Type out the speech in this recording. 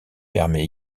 permet